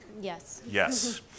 Yes